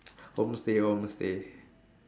homestay homestay